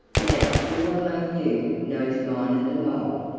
now who among you knows miner the mole?